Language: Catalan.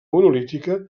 monolítica